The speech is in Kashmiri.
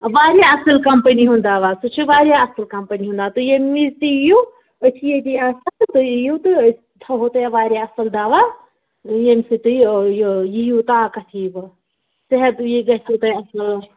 واریاہ اَصٕل کمپٔنی ہُنٛد دوا سُہ چھِ واریاہ اَصٕل کمپٔنی ہُنٛد دوا تُہۍ ییٚمہِ وِزِ تُہۍ یِیِو أسۍ چھِ ییٚتی آسان تُہۍ یِیِو تہٕ أسۍ تھاوَو تۄہہِ واریاہ اَصٕل دوا ییٚمہِ سۭتۍ تۄہہِ یہِ یِیِو طاقت یِیِو صحت یہِ گٔژھوٕ تۄہہِ اَصٕل